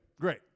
Great